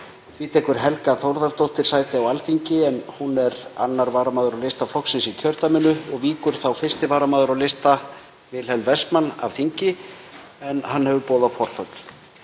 Því tekur Helga Þórðardóttir sæti á Alþingi, en hún er 2. varamaður á lista flokksins í kjördæminu og víkur þá 1. varamaður á lista, Wilhelm Wessman, af þingi en hann hefur boðað forföll.